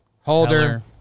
Holder